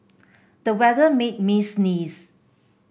the weather made me sneeze